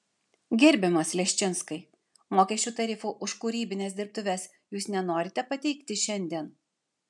gerbiamas leščinskai mokesčių tarifų už kūrybines dirbtuves jūs nenorite pateikti šiandien